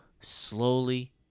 slowly